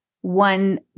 one